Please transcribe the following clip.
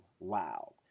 loud